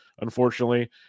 unfortunately